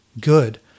good